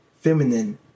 feminine